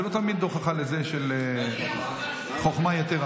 תעודה של דוקטורט היא לא תמיד הוכחה לחוכמה יתרה.